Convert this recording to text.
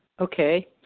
Okay